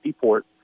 port